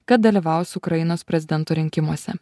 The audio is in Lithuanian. kad dalyvaus ukrainos prezidento rinkimuose